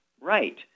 right